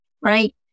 Right